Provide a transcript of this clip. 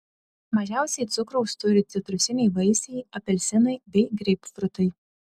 mažiausiai cukraus turi citrusiniai vaisiai apelsinai bei greipfrutai